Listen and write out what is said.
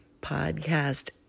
podcast